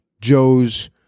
Joe's